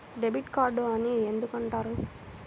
Debit card అని ఎందుకు అంటారు?